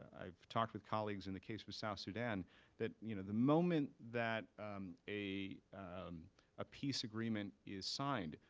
i've talked with colleagues in the case with south sudan that you know the moment that a ah peace agreement is signed,